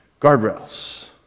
guardrails